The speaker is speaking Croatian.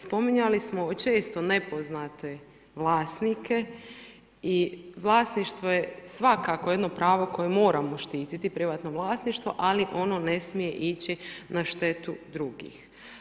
Spominjali smo često nepoznate vlasnike i vlasništvo je svako jedno pravo koje moramo štititi privatno vlasništvo ali ono ne smije ići na štetu drugih.